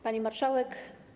Pani Marszałek!